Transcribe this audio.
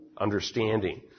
understanding